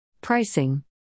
Pricing